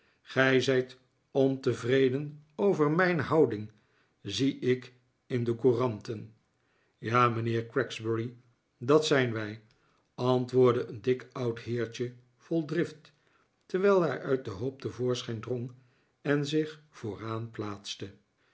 gij zijt ontevreden over mijn houding zie ik in de couranten ja mijnheer gregsbury dat zijn wij antwoordde een dik oud heertje vol drift terwijl hij uit den hoop te voorschijn drong en zich vooraan plaatste